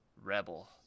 rebel